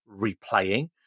replaying